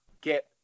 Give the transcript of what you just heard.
Get